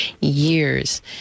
years